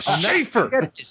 Schaefer